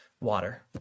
water